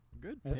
Good